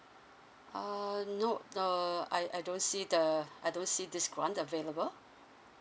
err no err I I don't see the I don't this grant available